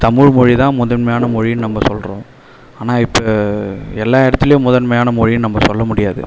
தமிழ் மொழி தான் முதன்மையான மொழின்னு நம்ப சொல்றோம் ஆனால் இப்போ எல்லா இடத்துலியும் முதன்மையான மொழின்னு நம்ப சொல்ல முடியாது